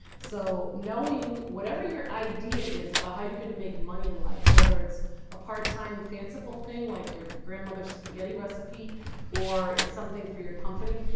so knowing whatever your idea is about how you're going to make money in life, whether it's a part-time, fanciful thing like your grandmother's spaghetti recipe or it's something for your company,